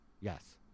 Yes